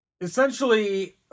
Essentially